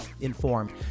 informed